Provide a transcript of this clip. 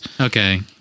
Okay